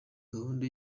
gahunda